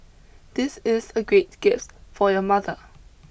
this is a great gift for your mother